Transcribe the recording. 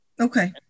Okay